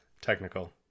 technical